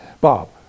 Bob